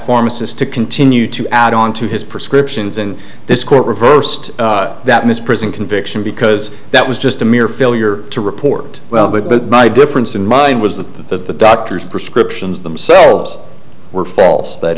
pharmacist to continue to add on to his prescriptions and this court reversed that in this prison conviction because that was just a mere failure to report well but my difference in mind was that that the doctors prescriptions themselves were false that